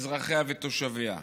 אזרחיה ותושביה,